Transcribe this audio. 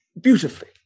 beautifully